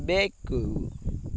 ಬೆಕ್ಕು